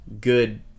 good